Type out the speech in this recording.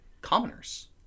commoners